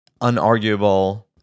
unarguable